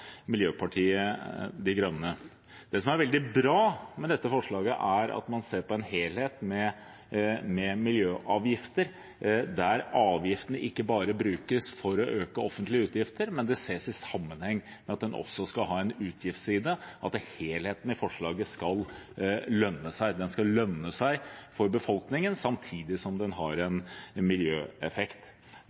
Miljøpartiet De Grønne: Det som er veldig bra med dette forslaget, er at en ser på en helhet med miljøavgifter, der avgiftene ikke bare brukes for å øke offentlige utgifter, men de ses i sammenheng med at en også skal ha en utgiftsside, og at helheten i forslaget skal lønne seg. Det skal lønne seg for befolkningen, samtidig som det har en miljøeffekt.